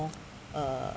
uh